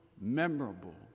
memorable